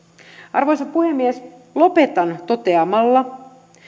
arvoisa puhemies lopetan toteamalla